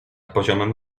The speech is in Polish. poziomem